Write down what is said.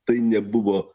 tai nebuvo